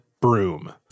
broom